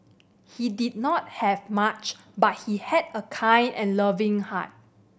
he did not have much but he had a kind and loving heart